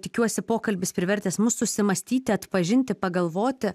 tikiuosi pokalbis privertęs mus susimąstyti atpažinti pagalvoti